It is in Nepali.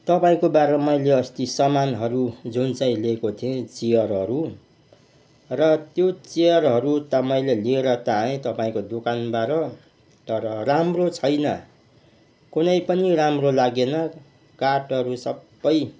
तपाईँकोबाट मैले अस्ति सामानहरू जुन चाहिँ लिएको थिएँ त्यो चियरहरू र त्यो चियरहरू त मैले लिएर त आएँ तपाईँको दोकानबाट तर राम्रो छैन कुनै पनि राम्रो लागेन काठहरू सबै